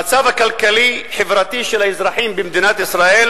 המצב הכלכלי-חברתי של האזרחים במדינת ישראל,